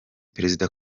perezida